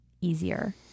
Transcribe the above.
easier